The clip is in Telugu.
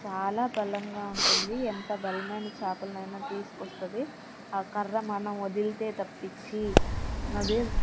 చాలా బలంగా ఉంటుంది ఎంత బలమైన చాపల్ని అయినా తీసుకొస్తుంది ఆ కర్ర మనం వదిల్తే తప్ప అది